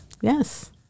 Yes